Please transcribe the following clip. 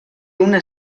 una